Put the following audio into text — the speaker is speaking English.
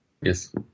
Yes